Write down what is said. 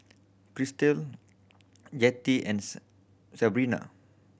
Krystle Jettie and Sebrina